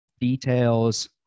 details